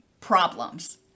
problems